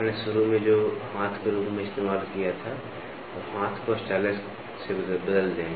आपने शुरू में जो हाथ के रूप में इस्तेमाल किया था अब हाथ को स्टाइलस से बदल दें